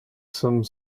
some